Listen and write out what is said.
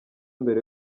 mbere